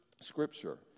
scripture